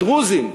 הדרוזים,